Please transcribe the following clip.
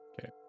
Okay